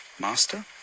Master